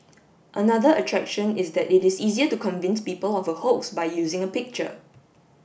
another attraction is that it is easier to convince people of a hoax by using a picture